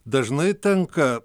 dažnai tenka